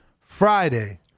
Friday